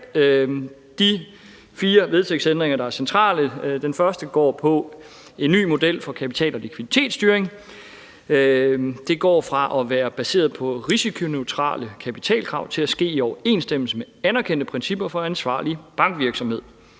centrale vedtægtsændringer. Den første går på en ny model for kapital- og likviditetsstyring. Det går fra at være baseret på risikoneutrale kapitalkrav til at ske i overensstemmelse med anerkendte principper for ansvarlig bankvirksomhed.